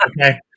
Okay